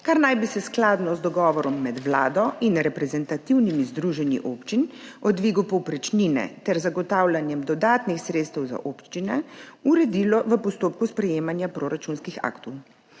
kar naj bi se skladno z dogovorom med Vlado in reprezentativnimi združenji občin o dvigu povprečnine ter zagotavljanjem dodatnih sredstev za občine uredilo v postopku sprejemanja proračunskih aktov.